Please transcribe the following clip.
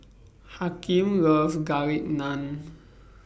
Hakeem loves Garlic Naan